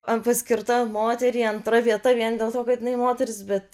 ant paskirta moteriai antra vieta vien dėl to kad jinai moteris bet